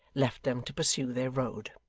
left them to pursue their road.